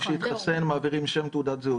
מי שהתחסן, מעבירים שם ותעודת זהות.